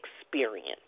experience